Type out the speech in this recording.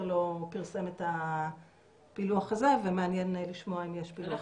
לא פרסם את הפילוח הזה ומעניין לשמוע אם יש פילוח כזה.